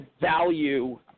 value